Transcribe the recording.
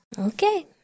Okay